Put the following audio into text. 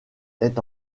est